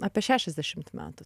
apie šešiasdešimt metų